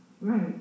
Right